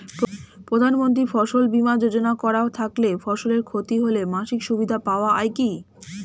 প্রধানমন্ত্রী ফসল বীমা যোজনা করা থাকলে ফসলের ক্ষতি হলে মাসিক সুবিধা পাওয়া য়ায় কি?